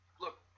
Look